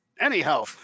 Anyhow